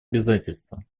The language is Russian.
обязательства